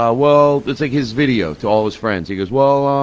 ah well. it's like his video to all his friends. he goes, well,